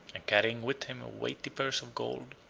and carrying with him a weighty purse of gold,